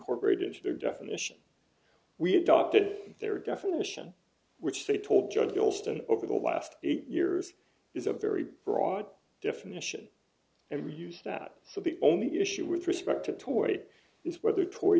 incorporate into their definition we adopted their definition which they told judge gholston over the last eight years is a very broad definition and we use that so the only issue with respect to toward it is whether to